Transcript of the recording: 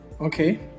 Okay